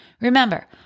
Remember